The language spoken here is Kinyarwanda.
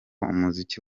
umuziki